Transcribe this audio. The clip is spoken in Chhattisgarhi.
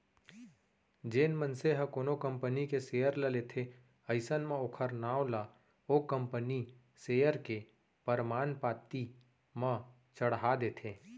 जेन मनसे ह कोनो कंपनी के सेयर ल लेथे अइसन म ओखर नांव ला ओ कंपनी सेयर के परमान पाती म चड़हा देथे